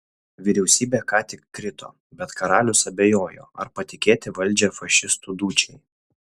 vyriausybė ką tik krito bet karalius abejojo ar patikėti valdžią fašistų dučei